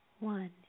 One